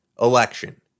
election